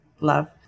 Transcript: love